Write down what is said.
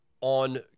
on